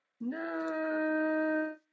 No